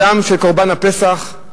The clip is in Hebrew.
הדם של קורבן הפסח,